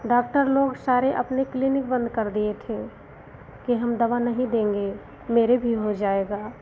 doctor लोग सारे अपने क्लिनिक बंद कर दिए थे कि हम दवा नहीं देंगे मेरे भी हो जाएगा